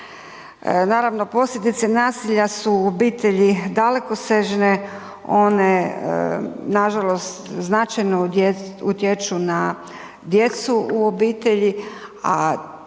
Naravno, posljedice nasilja su u obitelji dalekosežne, one nažalost značajno utječu na djecu u obitelji, a to